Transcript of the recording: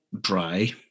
dry